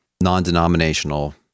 non-denominational